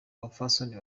bapfasoni